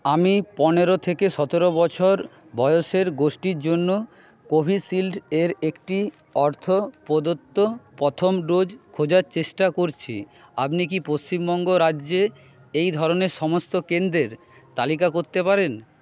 আমি পনেরো থেকে সতেরো বছর বয়সের গোষ্ঠীর জন্য কোভিশিল্ডে একটি অর্থ প্রদত্ত প্রথম ডোজ খোঁজার চেষ্টা করছি আপনি কি পশ্চিমবঙ্গ রাজ্যে এই ধরনের সমস্ত কেন্দ্রের তালিকা করতে পারেন